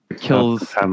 kills